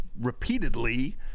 repeatedly